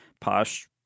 posh